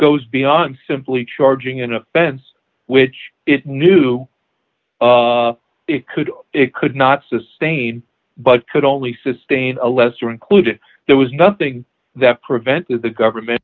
goes beyond simply charging an offense which it knew it could it could not sustain but could only sustain a lesser included there was nothing that prevented the government